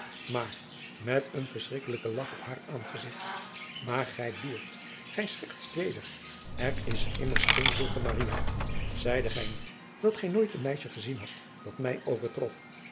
maar met een verschrikkelijken lach op haar aangezigt maar gij boert gij scherst weder er is immers geen zulke maria zeide gij niet dat gij nooit een meisje gezien hadt dat mij overtrof